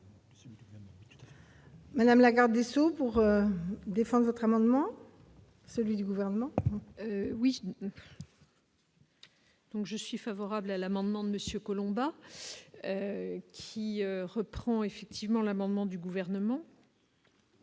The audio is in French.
Madame la garde des Sceaux pour défendre crânement. Celui du gouvernement oui. Donc, je suis favorable à l'amendement de monsieur Collombat qui reprend effectivement l'amendement du gouvernement.